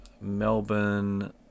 Melbourne